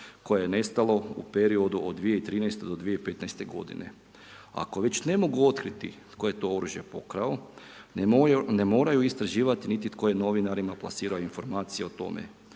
koje je nestalo u periodu od 2013. do 2015. godine. Ako već ne mogu otkriti tko je to oružje pokrao, ne moraju istraživati niti tko je novinarima plasirao informacije o tome,